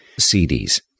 CDs